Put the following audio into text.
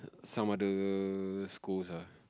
some other schools ah